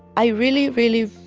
i really, really,